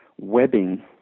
webbing